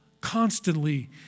constantly